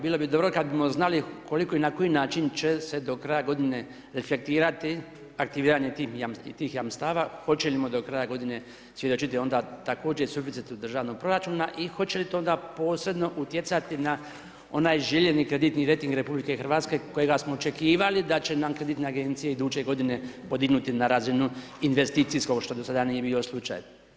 Bilo bi dobro kada bismo znali koliko i na koji način će se do kraja godine reflektirati aktiviranje tih jamstava, hoćemo li do kraja godine svjedočiti onda također suficitu državnog proračuna i hoće li to onda posredno utjecati na onaj željeni kreditni rejting RH kojega smo očekivali da će nam kreditne agencije iduće godine podignuti na razinu investicijskog što do sada nije bio slučaj.